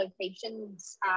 locations